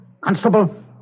Constable